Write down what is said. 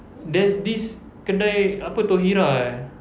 there's this kedai apa thohirah eh